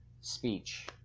speech